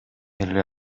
эле